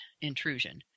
intrusion